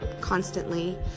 constantly